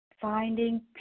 finding